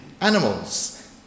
animals